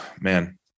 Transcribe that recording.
man